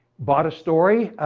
bought a story.